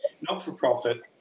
not-for-profit